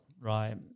right